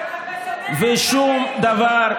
ושום דבר,